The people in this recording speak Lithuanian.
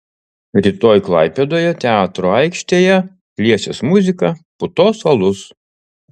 rytoj klaipėdoje teatro aikštėje liesis muzika putos alus